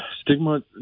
stigma